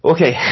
Okay